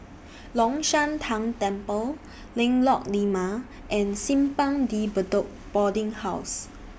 Long Shan Tang Temple Lengkok Lima and Simpang De Bedok Boarding House